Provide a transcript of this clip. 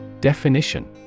Definition